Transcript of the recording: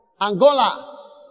Angola